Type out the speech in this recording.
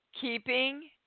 keeping